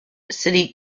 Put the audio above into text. city